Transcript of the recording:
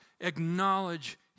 Acknowledge